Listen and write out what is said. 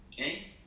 Okay